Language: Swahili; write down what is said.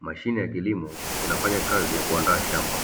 Mashine ya kilimo inafanya kazi ya kuandaa shamba